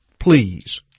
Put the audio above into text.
please